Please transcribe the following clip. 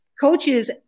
Coaches